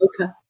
Okay